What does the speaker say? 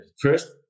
First